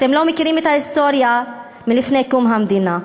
אתם לא מכירים את ההיסטוריה מלפני קום המדינה.